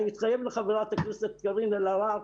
אני מתחייב לחברת הכנסת קארין אלהרר.